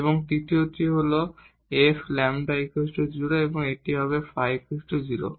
এবং তৃতীয়টি হল Fλ 0 এবং এটি হবে ϕ 0